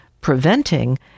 preventing